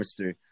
Mr